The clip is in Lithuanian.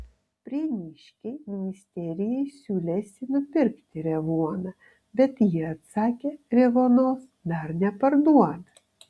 prieniškiai ministerijai siūlėsi nupirkti revuoną bet ji atsakė revuonos dar neparduoda